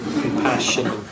Compassion